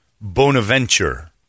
bonaventure